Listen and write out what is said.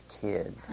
kid